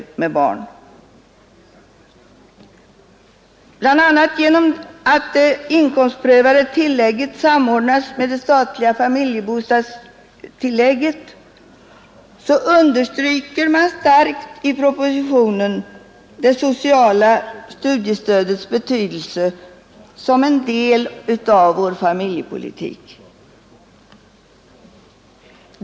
Låt mig peka på att man, bl.a. genom att det inkomstprövade tillägget samordnas med det statliga familjebostadstillägget, i propositionen starkt understryker det sociala studiestödets betydelse som en del av vår familjepolitik.